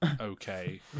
Okay